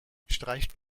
streicht